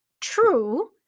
true